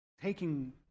taking